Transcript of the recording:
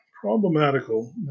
problematical